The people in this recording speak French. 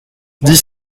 dix